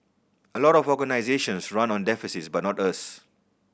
a lot of organisations run on deficits but not us